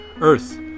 Earth